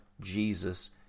Jesus